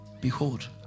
Behold